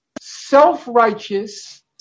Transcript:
self-righteous